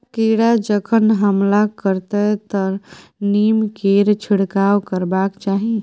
कीड़ा जखन हमला करतै तँ नीमकेर छिड़काव करबाक चाही